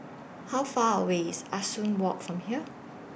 How Far away IS Ah Soo Walk from here